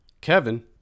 Kevin